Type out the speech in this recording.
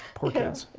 poor kids,